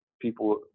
people